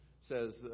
Says